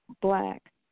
black